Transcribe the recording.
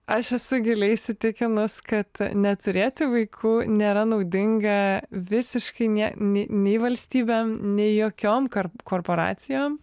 aš esu giliai įsitikinus kad neturėti vaikų nėra naudinga visiškai nie nei nei valstybėm nei jokiom kor korporacijom